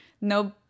no